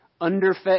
underfed